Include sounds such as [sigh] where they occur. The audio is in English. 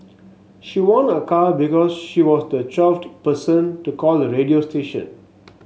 she won a car because she was the twelfth [unintelligible] person to call the radio station